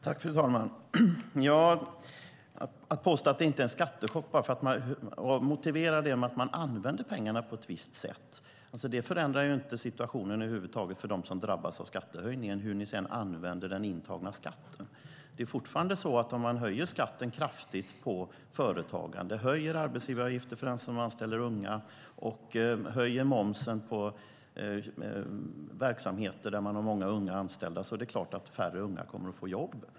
Fru talman! Gunilla Svantorp säger att det inte är en skattechock för att man använder pengarna på ett visst sätt. Men det förändrar ju inte situationen över huvud taget för dem som drabbas av skattehöjningen hur ni använder den intagna skatten. Om man höjer skatten kraftigt på företagande, höjer arbetsgivaravgiften för den som anställer unga och höjer momsen på verksamheter där man har många unga anställda är det klart att färre unga kommer att få jobb.